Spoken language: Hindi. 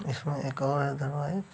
इसमें एक और है धरवाहिक